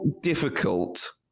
difficult